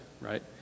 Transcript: right